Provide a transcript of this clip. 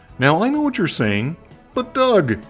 now i know what you're saying but doug!